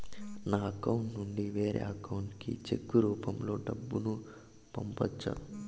నా అకౌంట్ నుండి వేరే అకౌంట్ కి చెక్కు రూపం లో డబ్బును పంపొచ్చా?